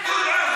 אולי הוא קילל?